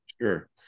Sure